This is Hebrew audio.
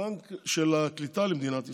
למדינת ישראל.